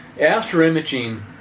Astro-imaging